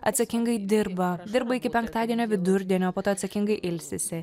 atsakingai dirba dirba iki penktadienio vidurdienio po to atsakingai ilsisi